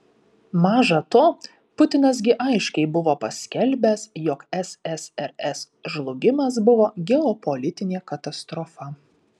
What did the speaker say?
maža to putinas gi aiškiai buvo paskelbęs jog ssrs žlugimas buvo geopolitinė katastrofa